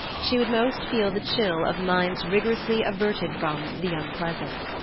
she would most feel the chill of minds rigorously averted from the unpleasant.